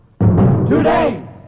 today